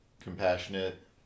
compassionate